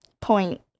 point